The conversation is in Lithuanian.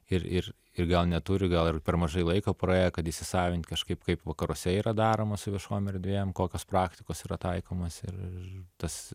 ir ir ir gal neturi gal per mažai laiko praėjo kad įsisavint kažkaip kaip vakaruose yra daroma su viešom erdvėm kokios praktikos yra taikomos ir tas